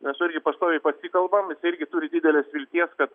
mes su juo irgi pastoviai pasikalbam irgi turi didelės vilties kad